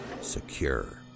Secure